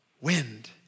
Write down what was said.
Wind